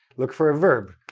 look for a verb.